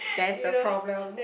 that's the problem